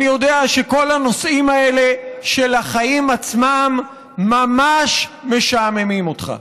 אני יודע שכל הנושאים האלה של החיים עצמם ממש משעממים אותך.